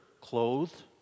clothed